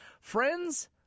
Friends